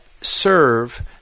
serve